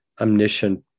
omniscient